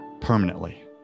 permanently